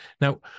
Now